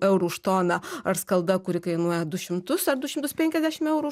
eurų už toną ar skalda kuri kainuoja du šimtus ar du šimtus penkiasdešimt eurų